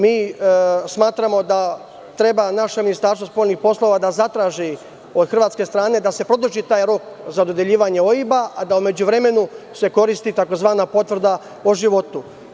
Mi smatramo da treba naše Ministarstvo spoljnih poslova da zatraži od hrvatske strane da se produži taj rok za dodeljivanje OIB, a da se u međuvremenu koristi tzv. potvrda o životu.